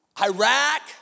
Iraq